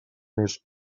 més